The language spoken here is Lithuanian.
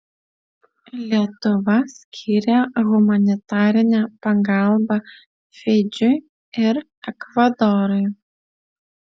lietuva skyrė humanitarinę pagalbą fidžiui ir ekvadorui